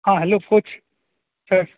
हॅं हेल्लो कुछ छै